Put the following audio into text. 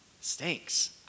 stinks